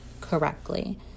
correctly